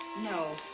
no.